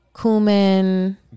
cumin